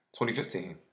2015